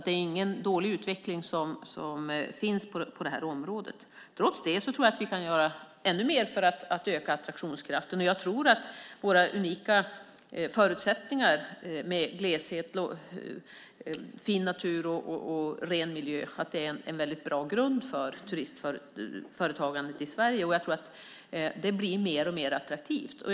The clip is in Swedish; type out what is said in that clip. Det är ingen dålig utveckling på området. Trots det tror jag att vi kan göra ännu mer för att öka attraktionskraften. Våra unika förutsättningar med gleshet, fin natur och ren miljö är en väldigt bra grund för turistföretagandet i Sverige. Det blir mer och mer attraktivt.